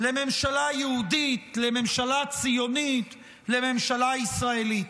לממשלה יהודית, לממשלה ציונית, לממשלה ישראלית.